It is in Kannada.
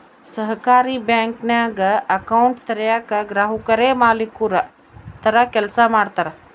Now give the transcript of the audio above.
ಸಹಕಾರಿ ಬ್ಯಾಂಕಿಂಗ್ನಾಗ ಅಕೌಂಟ್ ತೆರಯೇಕ ಗ್ರಾಹಕುರೇ ಮಾಲೀಕುರ ತರ ಕೆಲ್ಸ ಮಾಡ್ತಾರ